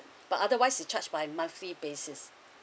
but otherwise we charge by monthly basis